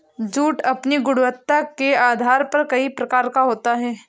jute अपनी गुणवत्ता के आधार पर कई प्रकार का होता है